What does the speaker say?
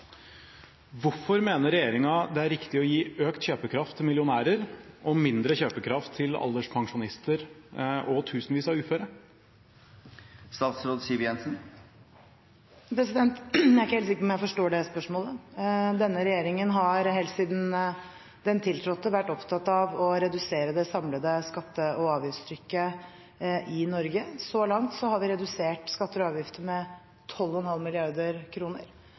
Hvorfor mener regjeringen det er riktig å gi økt kjøpekraft til millionærer og mindre kjøpekraft til alderspensjonister og tusenvis av uføre? Jeg er ikke helt sikker på om jeg forstår det spørsmålet. Denne regjeringen har helt siden den tiltrådte, vært opptatt av å redusere det samlede skatte- og avgiftstrykket i Norge. Så langt har vi redusert skatter og avgifter med 12,5